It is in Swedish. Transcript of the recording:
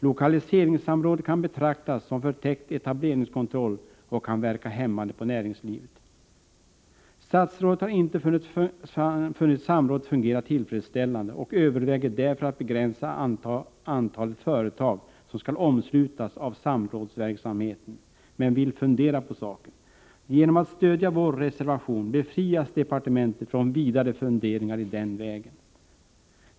Lokaliseringssamrådet kan betraktas som förtäckt etableringskontroll och kan verka hämmande på näringslivet. Statsrådet har inte funnit samrådet fungera tillfredsställande och överväger därför att begränsa antalet företag som skall omslutas av samrådsverksamheten men vill fundera på saken. Genom att stödja vår reservation befriar man departementet från vidare funderingar i den vägen.